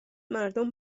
مردم